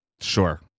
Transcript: Sure